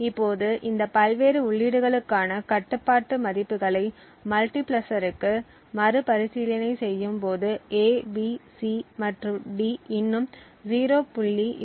இப்போது இந்த பல்வேறு உள்ளீடுகளுக்கான கட்டுப்பாட்டு மதிப்புகளை மல்டிபிளெக்சருக்கு மறுபரிசீலனை செய்யும் போது A B C மற்றும் D இன்னும் 0